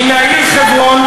מן העיר חברון,